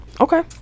Okay